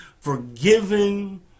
forgiven